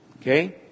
Okay